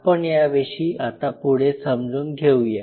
आपण याविषयी आता पुढे समजून घेऊया